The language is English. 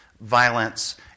violence